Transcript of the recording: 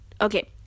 okay